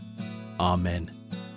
Amen